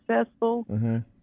successful